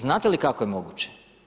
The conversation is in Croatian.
Znate li kako je moguće?